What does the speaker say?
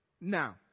now